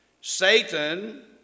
Satan